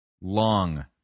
Long